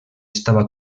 estava